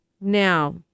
Now